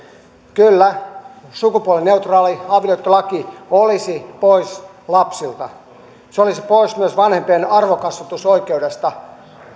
kyllä sukupuolineutraali avioliittolaki olisi pois lapsilta se olisi pois myös vanhempien arvokasvatusoikeudesta